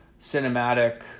cinematic